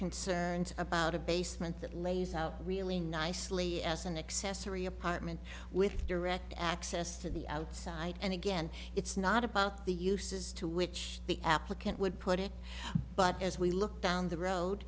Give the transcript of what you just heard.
concerns about a basement that lays out really nicely as an accessory apartment with direct access to the outside and again it's not about the uses to which the applicant would put it but as we look down the road